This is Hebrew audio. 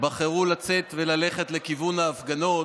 בחרו לצאת וללכת לכיוון ההפגנות,